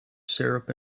syrup